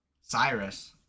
Cyrus